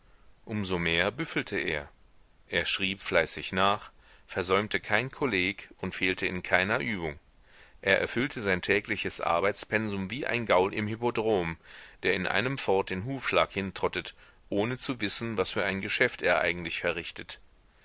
so mehr büffelte er er schrieb fleißig nach versäumte kein kolleg und fehlte in keiner übung er erfüllte sein tägliches arbeitspensum wie ein gaul im hippodrom der in einem fort den hufschlag hintrottet ohne zu wissen was für ein geschäft er eigentlich verrichtet